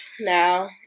now